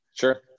Sure